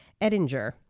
Edinger